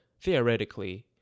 theoretically